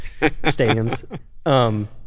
stadiums